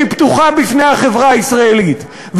היא פתוחה בפני החברה הישראלית,